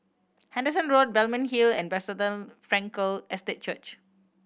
Henderson Road Balmeg Hill and Bethesda Frankel Estate Church